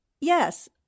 Yes